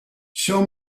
show